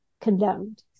condemned